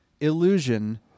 illusion